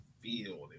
feel